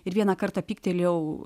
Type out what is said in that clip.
ir vieną kartą pyktelėjau